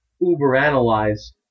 uber-analyze